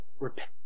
Repent